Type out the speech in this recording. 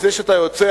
לפני שאתה יוצא,